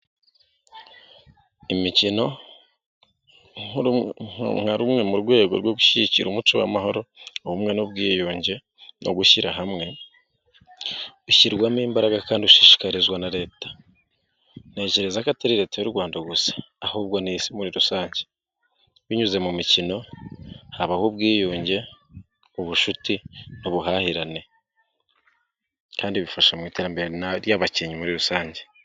Imikino nka rumwe mu rwego rwo gushyigikira umuco w'amahoro, ubumwe n'ubwiyunge no gushyira hamwe, gushyirwamo imbaraga kandi ushishikazwa na leta. Ntekereza ko atari leta y'u Rwanda gusa ahubwo ni Isi muri rusange. Binyuze mu mikino habaho ubwiyunge ubucuti n'ubuhahirane kandi bifasha mu iterambere ry'abakinnyi muri rusange.